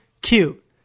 cute